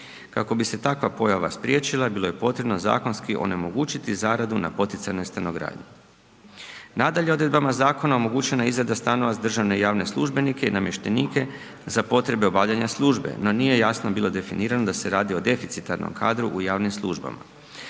Kako bi se takva pojava spriječila, bilo je potrebno zakonski onemogućiti zaradu na poticajnom stanogradnji. Nadalje, odredbama zakona omogućena je izrada stanova za državne i javne službenike i namještenike za potrebe obavljanja službe, no nije jasno bilo definirano da se radi o deficitarnom kadru u javnim službama